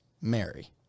Mary